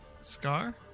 Scar